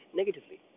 negatively